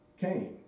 came